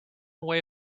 way